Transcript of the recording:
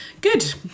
Good